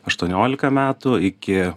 aštuoniolika metų iki